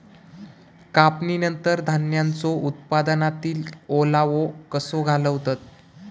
कापणीनंतर धान्यांचो उत्पादनातील ओलावो कसो घालवतत?